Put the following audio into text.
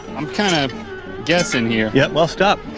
i'm kinda guessing here. yep, well stop.